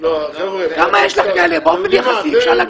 כמה יש לך כאלה, באופן יחסי אפשר להגדיל את זה.